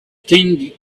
tinged